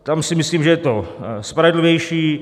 Tam si myslím, že je to spravedlivější.